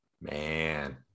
man